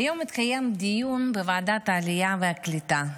היום התקיים דיון בוועדת העלייה והקליטה,